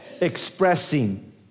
expressing